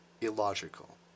illogical